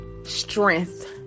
strength